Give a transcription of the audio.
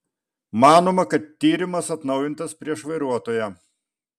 manoma kad tyrimas atnaujintas prieš vairuotoją